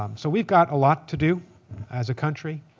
um so we've got a lot to do as a country.